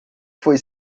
foi